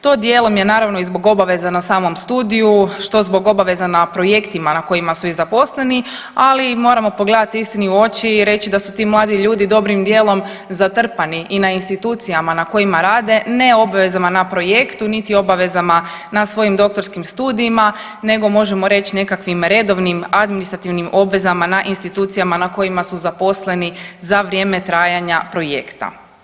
To dijelom je naravno i zbog obaveza na samom studiju, što zbog obaveza na projektima na kojima su i zaposleni, ali moramo pogledati istini u oči i reći da su ti mladi ljudi dobrim dijelom zatrpani i na institucijama na kojima rade, ne obvezama na projektu niti obavezama na svojim doktorskim studijima nego možemo reći nekakvim redovnim administrativnim obvezama na institucijama na kojima su zaposleni za vrijeme trajanja projekta.